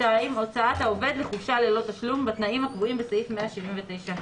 (2)הוצאת העובד לחופשה ללא תשלום בתנאים הקבועים בסעיף 179ה,